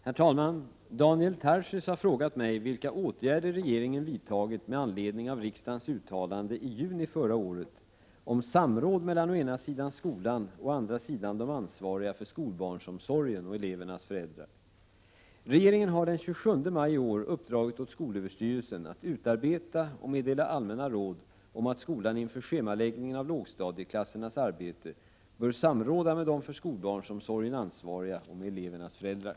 Herr talman! Daniel Tarschys har frågat mig vilka åtgärder regeringen vidtagit med anledning av riksdagens uttalande i juni förra året om samråd mellan å ena sidan skolan och å andra sidan de ansvariga för skolbarnsomsorgen och elevernas föräldrar. Regeringen har den 27 maj 1987 uppdragit åt skolöverstyrelsen att utarbeta och meddela allmänna råd om att skolan inför schemaläggningen av lågstadieklassernas arbete bör samråda med de för skolbarnsomsorgen ansvariga och med elevernas föräldrar.